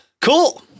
cool